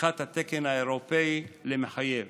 הפיכת התקן האירופי למחייב.